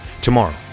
Tomorrow